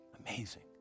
Amazing